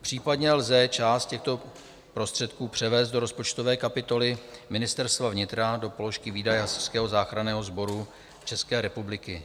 Případně lze část těchto prostředků převést do rozpočtové kapitoly Ministerstva vnitra do položky Výdaje Hasičského záchranného sboru České republiky.